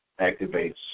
activates